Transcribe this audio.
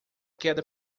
queda